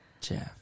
Jeff